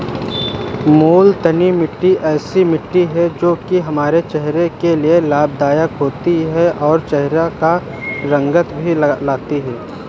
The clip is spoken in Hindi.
मूलतानी मिट्टी ऐसी मिट्टी है जो की हमारे चेहरे के लिए लाभदायक होती है और चहरे पर रंगत भी लाती है